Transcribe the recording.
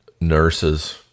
nurses